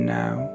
now